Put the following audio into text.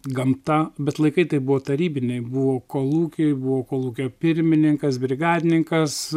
gamta bet laikai tai buvo tarybiniai buvo kolūkiai buvo kolūkio pirmininkas brigadininkas